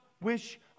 wish